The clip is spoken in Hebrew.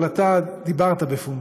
אבל אתה דיברת בפומבי.